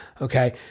Okay